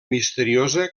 misteriosa